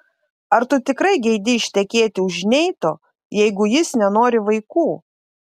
ar tu tikrai geidi ištekėti už neito jeigu jis nenori vaikų